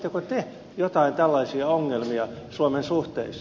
havaitsitteko te jotain tällaisia ongelmia suomen suhteissa